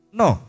no